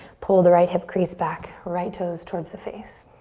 pull the right hip crease back, right toes towards the face.